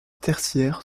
tertiaire